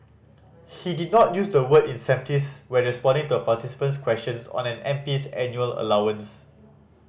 he did not use the word incentives when responding to a participant's question on an M P's annual allowance